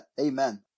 Amen